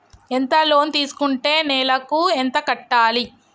ఎంత లోన్ తీసుకుంటే నెలకు ఎంత కట్టాలి?